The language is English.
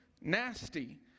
nasty